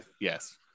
Yes